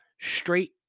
Straight